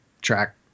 track